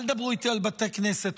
אל תדברו איתי על בתי כנסת,